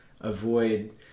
avoid